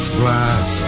glass